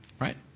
Right